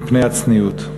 מפני הצניעות.